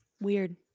Weird